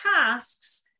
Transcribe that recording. tasks